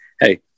hey